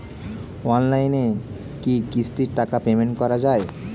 অনলাইনে কি কিস্তির টাকা পেমেন্ট করা যায়?